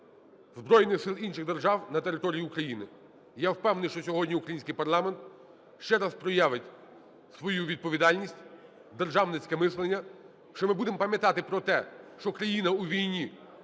збройних сил інших держав на території України. І я впевнений, що сьогодні український парламент ще раз проявить свою відповідальність, державницьке мислення, що ми будемо пам'ятати про те, що країна у війні,